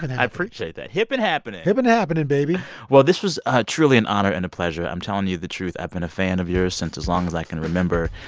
i appreciate that hip and happening hip and happening, baby well, this was ah truly an honor and a pleasure. i'm telling you the truth. i've been a fan of yours since as long as i can remember.